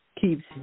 keeps